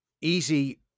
Easy